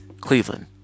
Cleveland